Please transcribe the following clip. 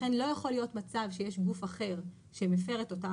לכן לא יכול להיות מצב שיש גוף אחר שמפר את אותה